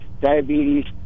diabetes